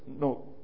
No